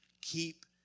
keep